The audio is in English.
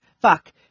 fuck